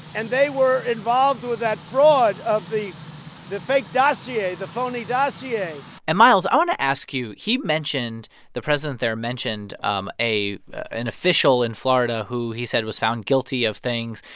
and they were involved with that fraud of the the fake dossier, the phony dossier and miles, i want to ask you, he mentioned the president there mentioned um an official in florida who he said was found guilty of things.